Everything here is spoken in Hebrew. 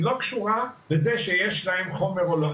היא לא קשורה לזה שיש להם חומר או לא.